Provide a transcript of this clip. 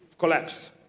collapse